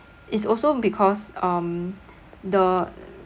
it's also because um the